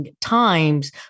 times